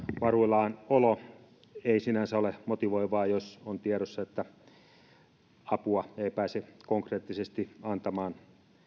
varuillaanolo eivät sinänsä ole motivoivia jos on tiedossa että suurella todennäköisyydellä apua ei pääse konkreettisesti antamaan